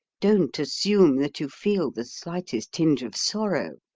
don't assume that you feel the slightest tinge of sorrow.